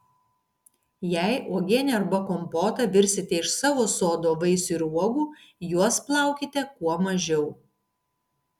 jei uogienę arba kompotą virsite iš savo sodo vaisių ir uogų juos plaukite kuo mažiau